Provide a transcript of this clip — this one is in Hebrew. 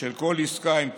של כל עסקה עם טיסנקרופ.